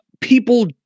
people